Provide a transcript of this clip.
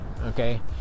okay